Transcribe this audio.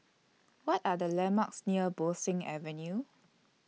What Are The landmarks near Bo Seng Avenue